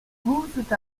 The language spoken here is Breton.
gouzout